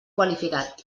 qualificat